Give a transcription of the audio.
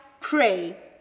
pray